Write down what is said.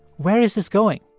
where is this going?